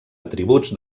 atributs